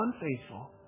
unfaithful